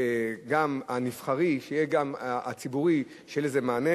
שיהיה לזה מענה מבחינה ציבורית,